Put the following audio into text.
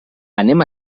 anem